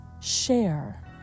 share